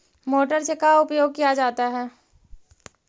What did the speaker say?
Motor से का उपयोग क्या जाता है?